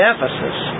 Ephesus